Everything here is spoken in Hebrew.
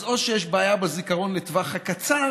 אז או שיש בעיה בזיכרון לטווח הקצר